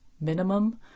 minimum